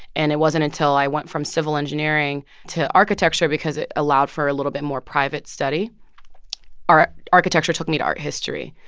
and it wasn't until i went from civil engineering to architecture because it allowed for a little bit more private study architecture took me to art history.